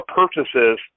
purchases